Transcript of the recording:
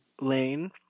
lane